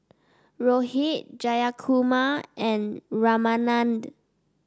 Rohit Jayakumar and Ramanand